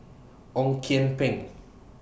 Ong Kian Peng